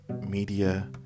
media